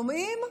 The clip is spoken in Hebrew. שומעים,